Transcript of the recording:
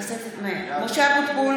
(קוראת בשמות חברי הכנסת) משה אבוטבול,